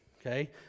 Okay